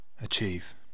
achieve